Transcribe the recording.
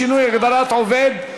שינוי הגדרת עובד),